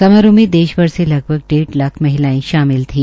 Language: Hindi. समारोह में देश भर से लगभग डेढ़ लाख महिलायें शामिल थी